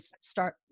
start